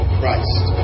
Christ